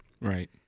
Right